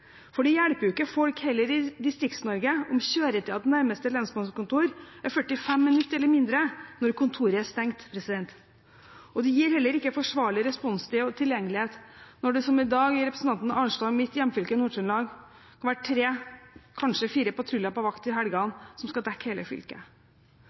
oss. Det hjelper jo ikke folk i Distrikts-Norge heller om kjøretiden til nærmeste lensmannskontor er 45 minutter eller mindre, når kontoret er stengt. Og det gir heller ikke forsvarlig responstid og tilgjengelighet når det, som i dag i representanten Arnstads og mitt hjemfylke, Nord-Trøndelag, kan være tre, kanskje fire, patruljer på vakt i helgene, som skal dekke hele fylket.